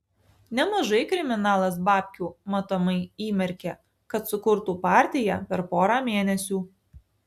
nemažai kriminalas babkių matomai įmerkė kad sukurtų partiją per porą mėnesių